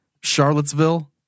Charlottesville